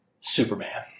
Superman